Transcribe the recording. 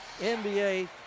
NBA